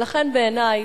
ולכן בעיני,